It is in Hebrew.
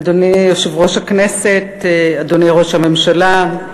אדוני יושב-ראש הכנסת, אדוני ראש הממשלה,